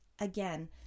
Again